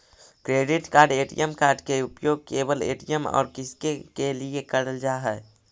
Credit card ATM card के उपयोग केवल ए.टी.एम और किसके के लिए करल जा है?